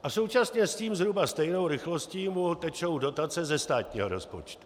A současně s tím zhruba stejnou rychlostí mu tečou dotace ze státního rozpočtu.